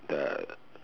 the